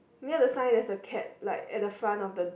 near the sign there's a cat like at the front of the